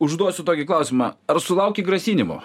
užduosiu tokį klausimą ar sulauki grasinimo